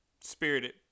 Spirited